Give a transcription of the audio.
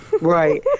right